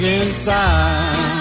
inside